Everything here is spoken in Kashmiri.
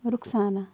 رُخسانہ